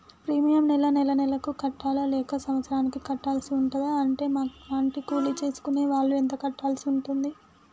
Premium నెల నెలకు కట్టాలా లేక సంవత్సరానికి కట్టాల్సి ఉంటదా? ఉంటే మా లాంటి కూలి చేసుకునే వాళ్లు ఎంత కట్టాల్సి ఉంటది?